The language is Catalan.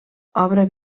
obra